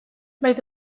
baita